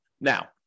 Now